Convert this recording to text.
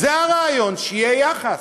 זה הרעיון, שיהיה יחס: